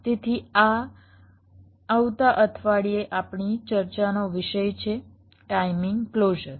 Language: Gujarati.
તેથી આ આવતા અઠવાડિયે આપણી ચર્ચાનો વિષય છે ટાઇમિંગ ક્લોઝર